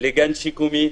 לגן שיקומי,